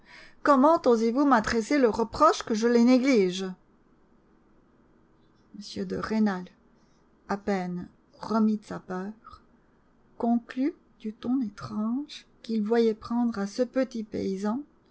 comment osez-vous m'adresser le reproche que je les néglige m de rênal à peine remis de sa peur conclut du ton étrange qu'il voyait prendre à ce petit paysan